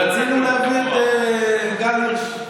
רצינו להביא את גל הירש,